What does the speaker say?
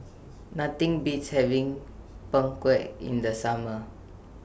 Nothing Beats having Png Kueh in The Summer